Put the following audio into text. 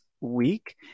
week